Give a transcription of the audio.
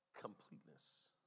completeness